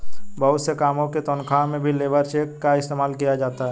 बहुत से कामों की तन्ख्वाह में भी लेबर चेक का इस्तेमाल किया जाता है